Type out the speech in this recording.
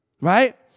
right